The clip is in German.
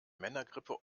männergrippe